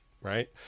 right